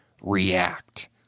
react